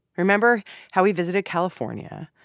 remember how he visited california?